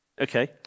Okay